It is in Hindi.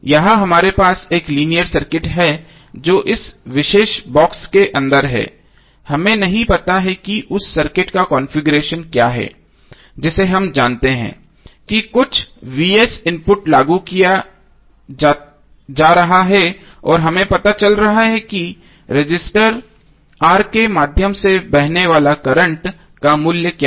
यहां हमारे पास एक लीनियर सर्किट है जो इस विशेष बॉक्स के अंदर है हमें नहीं पता कि उस सर्किट का कॉन्फ़िगरेशन क्या है जिसे हम जानते हैं कि कुछ इनपुट लागू किया जा रहा है और हमें पता चल रहा है कि रजिस्टर R के माध्यम से बहने वाले करंट का मूल्य क्या है